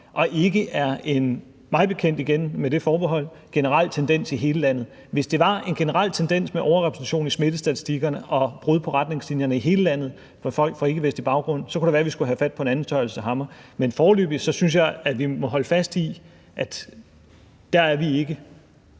omegn. Og mig bekendt – igen med det forbehold – er det ikke en generel tendens i hele landet. Hvis det var en generel tendens med overrepræsentation i smittestatistikkerne og brud på retningslinjerne i hele landet af folk med ikkevestlig baggrund, kunne det være, at vi skulle have fat på en anden størrelse hammer. Men foreløbig synes jeg, at vi må holde fast i, at der er vi ikke.